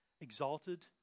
Exalted